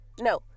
No